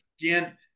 again